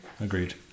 Agreed